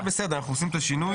בסדר, אנחנו עושים את השינוי.